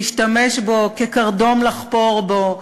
להשתמש בו כקרדום לחפור בו,